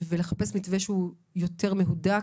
ולחפש מתווה שהוא יותר מהודק,